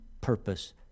purpose